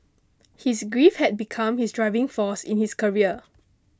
his grief had become his driving force in his career